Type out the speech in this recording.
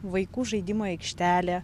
vaikų žaidimų aikštelė